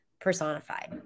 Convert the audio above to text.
personified